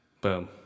boom